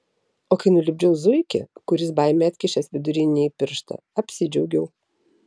o kai nulipdžiau zuikį kuris baimei atkišęs vidurinįjį pirštą apsidžiaugiau